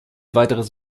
weiteres